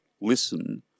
Listen